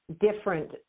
different